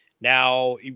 now